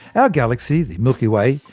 our galaxy, the milky way,